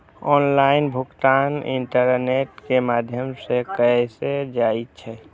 online भुगतान internet के माध्यम सं कैल जाइ छै